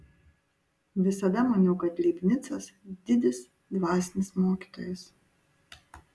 visada maniau kad leibnicas didis dvasinis mokytojas